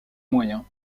moyens